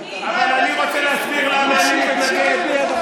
לא, אדוני היושב-ראש, אני לא מצליח.